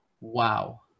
Wow